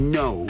no